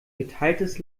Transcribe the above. geteiltes